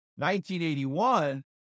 1981